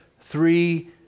three